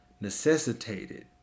necessitated